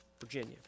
Virginia